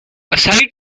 aside